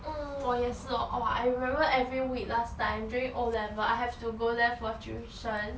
mm 我也是 orh !wah! I remember every week last time during o level I have to go there for tuition